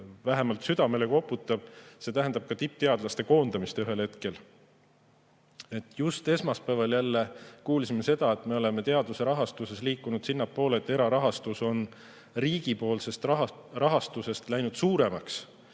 vähemalt südamele koputab: see on tippteadlaste koondamine ühel hetkel. Just esmaspäeval jälle kuulsime seda, et me oleme teaduse rahastuses liikunud sinnapoole, et erarahastus on riigipoolsest rahastusest läinud suuremaks,